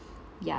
ya